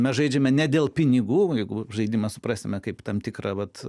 mes žaidžiame ne dėl pinigų jeigu žaidimą suprasime kaip tam tikrą vat